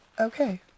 okay